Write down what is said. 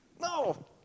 No